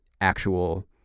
actual